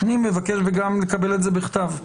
אני מבקש גם לקבל את זה בכתב,